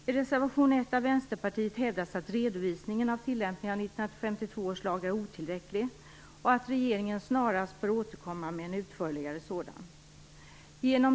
I reservation 1 av Vänsterpartiet hävdas att redovisningen av tillämpningen av 1952 års lag är otillräcklig och att regeringen snarast bör återkomma med en utförligare sådan.